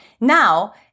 Now